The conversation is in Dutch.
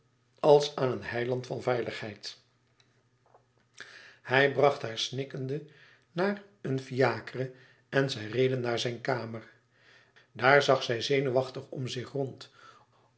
als aan een heiland van veiligheid hij bracht haar snikkende naareen fiacre en zij reden naar zijn kamer daar zag zij zenuwachtig om zich rond